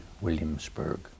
Williamsburg